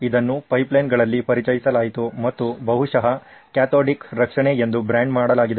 ಇದನ್ನು ಪೈಪ್ಲೈನ್ಗಳಲ್ಲಿ ಪರಿಚಯಿಸಲಾಯಿತು ಮತ್ತು ಬಹುಶಃ ಕ್ಯಾಥೋಡಿಕ್ ರಕ್ಷಣೆ ಎಂದು ಬ್ರಾಂಡ್ ಮಾಡಲಾಗಿದೆ